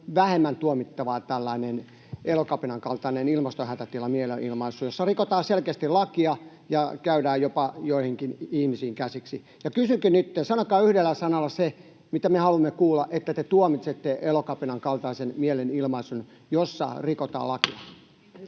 vähemmän tuomittavaa tällainen Elokapinan kaltainen ilmastohätätilamielenilmaisu, jossa rikotaan selkeästi lakia ja käydään jopa joihinkin ihmisiin käsiksi. Ja kysynkin nytten — sanokaa yhdellä sanalla se, mitä me haluamme kuulla, että te tuomitsette Elokapinan kaltaisen mielenilmaisun, jossa rikotaan lakia.